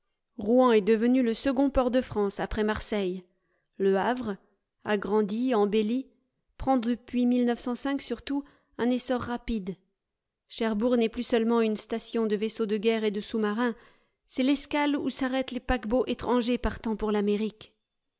rouen est devenue le second port de france après marseille le havre agrandi embelli prend depuis igos surtout un essor rapide cherbourg n'est plus seulement une station de vaisseaux de guerre et de sousmarins c'est l'escale où s'arrêtent les paquebots étrangers partant pour l'amérique